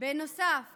אני נמצא שם, ג'ידא.